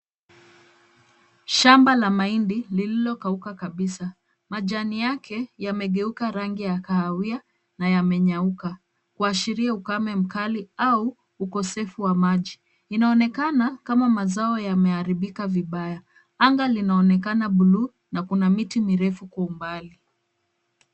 Shamba la mahindi lililokauka kabisa. Majani yake yamegeuka rangi ya kahawia na yamenyauka. Kuashiria ukame mkali au ukosefu wa maji. Inaonekana kama mazao yameharibika vibaya. Anga linaonekana bluu na kuna miti mirefu kwa umbali.